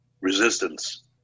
resistance